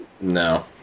no